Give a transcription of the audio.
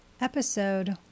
Episode